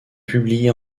publié